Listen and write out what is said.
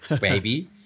baby